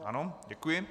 Ano, děkuji.